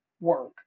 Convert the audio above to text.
work